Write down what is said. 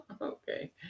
okay